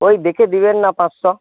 ওই দেখে দিবেন না পাঁচশো